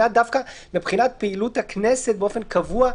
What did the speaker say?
מבחינת פעילות הכנסת באופן קבוע,